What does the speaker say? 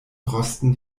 rosten